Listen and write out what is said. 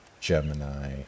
Gemini